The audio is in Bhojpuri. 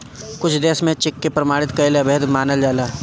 कुछ देस में चेक के प्रमाणित कईल अवैध मानल जाला